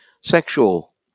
sexual